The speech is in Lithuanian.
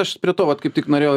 aš prie to vat kaip tik norėjau